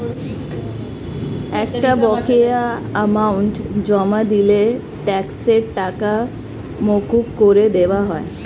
একটা বকেয়া অ্যামাউন্ট জমা দিলে ট্যাক্সের টাকা মকুব করে দেওয়া হয়